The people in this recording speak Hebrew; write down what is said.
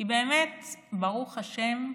כי באמת, ברוך השם,